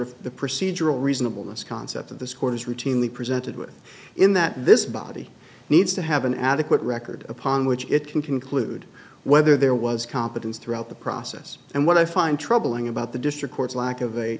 of the procedural reasonable this concept of this court is routinely presented in that this body needs to have an adequate record upon which it can conclude whether there was competence throughout the process and what i find troubling about the district court's lack of